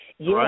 Yes